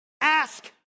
ask